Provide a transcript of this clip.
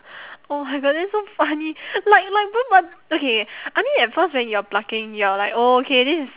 oh my god that's so funny like like but okay I mean at first when you're plucking you're like oh okay this is